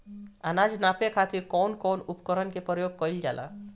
अनाज नापे खातीर कउन कउन उपकरण के प्रयोग कइल जाला?